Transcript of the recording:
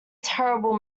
terrible